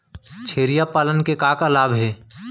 छेरिया पालन के का का लाभ हे?